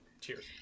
cheers